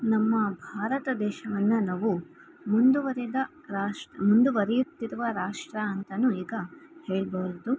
ನಮ್ಮ ಭಾರತ ದೇಶವನ್ನು ನಾವು ಮುಂದುವರಿದ ರಾಷ್ ಮುಂದುವರಿಯುತ್ತಿರುವ ರಾಷ್ಟ್ರ ಅಂತ ಈಗ ಹೇಳ್ಬೋದು